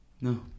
No